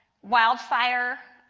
wildfire